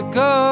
go